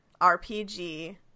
RPG